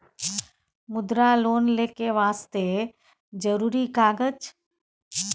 मुद्रा लोन लेके वास्ते जरुरी कागज?